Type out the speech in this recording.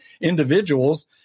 individuals